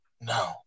No